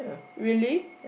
really